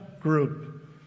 group